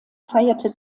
feierte